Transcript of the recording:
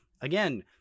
again